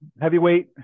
heavyweight